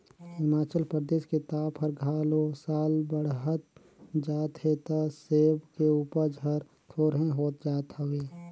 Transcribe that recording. हिमाचल परदेस के ताप हर सालो साल बड़हत जात हे त सेब के उपज हर थोंरेह होत जात हवे